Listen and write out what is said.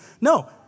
No